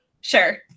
Sure